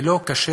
זה לא כשר,